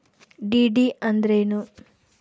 DD ಅಂದ್ರೇನು?